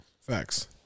Facts